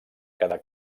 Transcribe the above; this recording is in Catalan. quedar